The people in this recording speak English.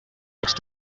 next